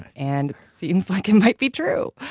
and seems like it might be true.